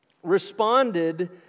responded